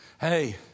Hey